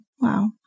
Wow